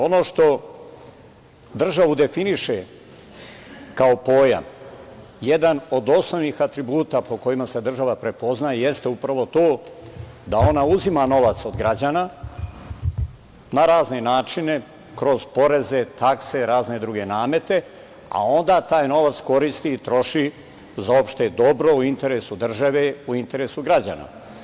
Ono što državu definiše kao pojam, jedan od osnovnih atributa po kojima se država prepoznaje jeste upravo to da ona uzima novac od građana na razne načine, kroz poreze, takse i razne druge namete, a onda taj novac koristi i troši za opšte dobro, u interesu države, u interesu građana.